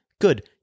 Good